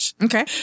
okay